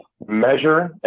measure